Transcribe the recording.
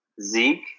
Zeke